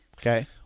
Okay